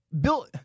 Bill